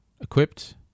equipped